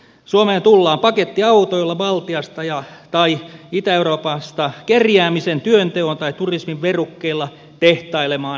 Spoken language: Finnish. suomeen tullaan pakettiautoilla baltiasta tai itä euroopasta kerjäämisen työnteon tai turismin verukkeella tehtailemaan asuntomurtoja